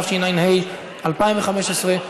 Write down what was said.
התשע"ה 2015,